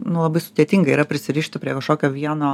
nu labai sudėtinga yra prisirišti prie kažkokio vieno